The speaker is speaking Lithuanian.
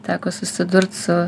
teko susidurt su